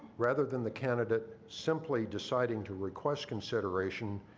rather than the candidate simply deciding to request consideration,